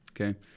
Okay